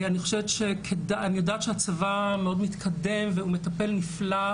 אני יודעת שהצבא מאוד מתקדם והוא מטפל נפלא,